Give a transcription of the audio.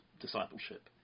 discipleship